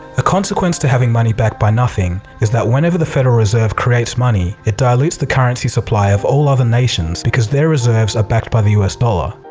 a consequence to having money backed by nothing is that whenever the federal reserve creates money it dilutes the currency supply of all other nations because their reserves are backed by the us dollar.